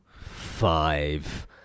Five